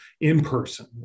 in-person